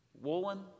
Woolen